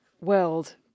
world